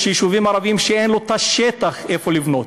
יש יישובים ערביים שאין בהם שטח לבנות,